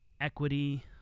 Equity